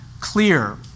clear